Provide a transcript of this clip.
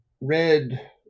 read